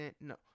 no